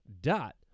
dot